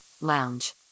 lounge